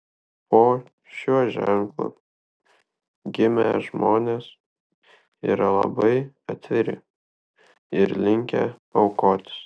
po šiuo ženklu gimę žmonės yra labai atviri ir linkę aukotis